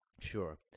Sure